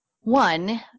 One